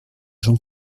jean